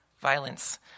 violence